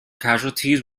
casualties